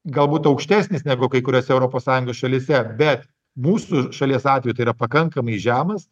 galbūt aukštesnis negu kai kuriose europos sąjungos šalyse bet mūsų šalies atveju tai yra pakankamai žemas